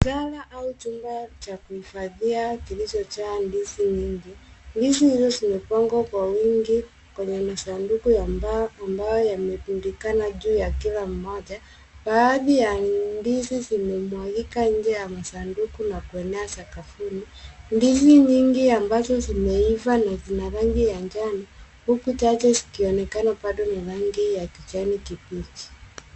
Ghala au chumba cha kuhifadhia kilichojaa ndizi nyingi. Ndizi hizi zimepangwa kwa wingi kwenye masanduku ya mbao ambayo yamerundikana juu ya kila mmoja. Baadhi ya ndizi zimemwagika nje ya masanduku na kuenea sakafuni. Ndizi nyingi ambazo zimeiva na zina rangi ya njano; huku chache zikionekana bado na rangi ya kijani kibichi.